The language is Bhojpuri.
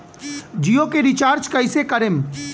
जियो के रीचार्ज कैसे करेम?